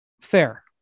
Fair